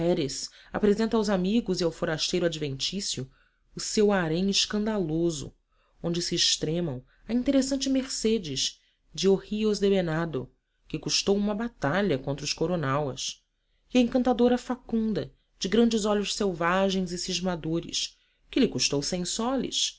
mujeres apresenta aos amigos e ao forasteiro adventício o seu harém escandaloso onde se estremam a interessante mercedes de ojillos de venado que custou uma batalha contra os coronauas e a encantadora facunda de grandes olhos selvagens e cismadores que lhe custou cem soles